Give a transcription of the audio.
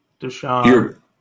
Deshaun